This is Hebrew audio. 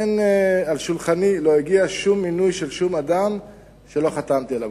אל שולחני לא הגיע שום מינוי של שום אדם שלא חתמתי עליו.